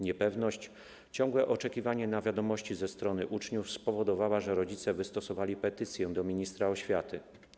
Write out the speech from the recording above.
Niepewność, ciągłe oczekiwanie na wiadomości ze strony uczniów, spowodowała, że rodzice wystosowali petycję do ministra oświaty.